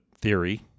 theory